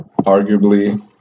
arguably